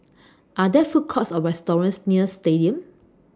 Are There Food Courts Or restaurants near Stadium